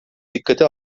dikkate